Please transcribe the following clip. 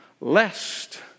lest